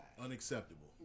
Unacceptable